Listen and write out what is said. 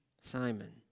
Simon